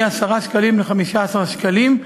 מ-10 שקלים ל-15 שקלים,